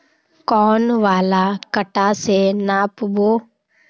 कौन वाला कटा से नाप बो?